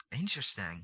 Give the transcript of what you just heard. Interesting